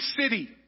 city